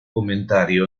comentario